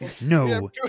No